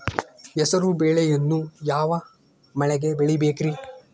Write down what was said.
ಹೆಸರುಬೇಳೆಯನ್ನು ಯಾವ ಮಳೆಗೆ ಬೆಳಿಬೇಕ್ರಿ?